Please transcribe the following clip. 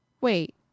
wait